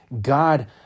God